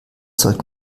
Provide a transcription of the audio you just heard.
sollten